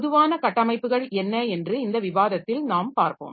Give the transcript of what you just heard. பொதுவான கட்டமைப்புகள் என்ன என்று இந்த விவாதத்தில் நாம் பார்ப்போம்